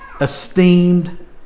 esteemed